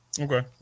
Okay